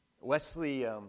Wesley